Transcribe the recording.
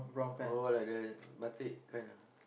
oh like the batik kind ah